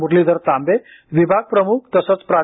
मुरलीधर तांबे विभाग प्रमुख तसंच प्रा